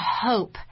hope